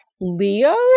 Leo